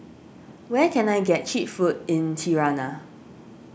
where can I get Cheap Food in Tirana